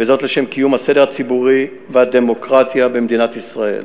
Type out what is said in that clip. וזאת לשם קיום הסדר הציבורי והדמוקרטיה במדינת ישראל.